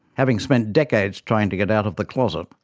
having spent decades trying to get out of the closet,